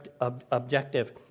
objective